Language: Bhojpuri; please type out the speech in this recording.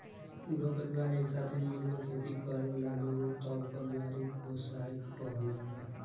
पूरा परिवार एक साथे मिल के खेती करेलालो तब पारिवारिक व्यवसाय कहल जाला